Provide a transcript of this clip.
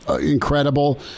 incredible